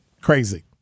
crazy